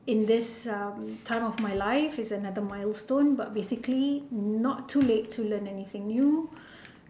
in this time of my life is another milestone but basically not too late to learn anything new